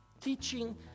Teaching